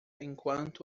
enquanto